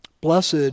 Blessed